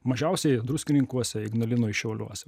mažiausiai druskininkuose ignalinoj šiauliuos